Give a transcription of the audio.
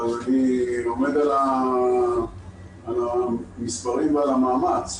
אבל אני עומד על המספרים ועל המאמץ.